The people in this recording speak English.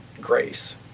grace